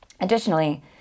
Additionally